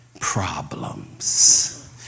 problems